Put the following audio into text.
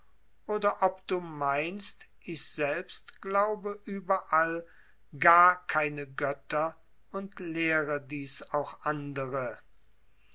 oder ob du meinst ich selbst glaube überall gar keine götter und lehre dies auch andere